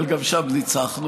אבל גם שם ניצחנו,